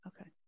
okay